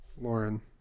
Lauren